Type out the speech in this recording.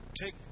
take